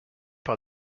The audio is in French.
par